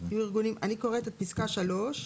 אני קוראת את פסקה (3).